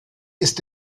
ist